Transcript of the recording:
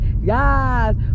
Yes